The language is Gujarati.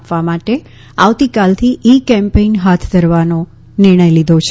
આપવા માટે આવતીકાલથી ઈ કેમ્પેઈન હાથ ધરવાનો નિર્ણય લીધો છે